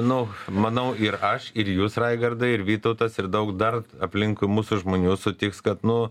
nu manau ir aš ir jūs raigardai ir vytautas ir daug dar aplinkui mūsų žmonių sutiks kad nu